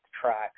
track